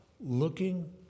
looking